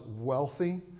wealthy